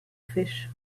fish